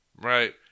right